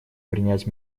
принять